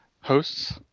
hosts